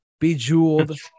Bejeweled